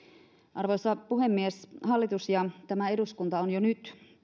arvoisa puhemies hallitus ja tämä eduskunta ovat jo nyt